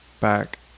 back